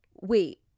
wait